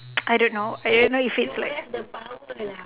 I don't know I don't know if it's like